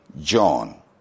John